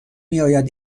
میآید